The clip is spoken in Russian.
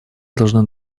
должны